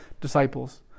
disciples